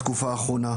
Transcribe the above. בתקופה האחרונה,